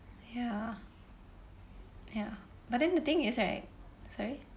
ya ya but then the thing is right sorry